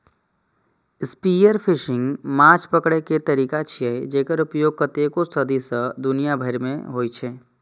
spearfishing माछ पकड़ै के तरीका छियै, जेकर उपयोग कतेको सदी सं दुनिया भरि मे होइ छै